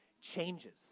changes